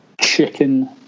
Chicken